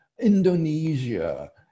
Indonesia